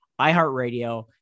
iHeartRadio